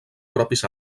propis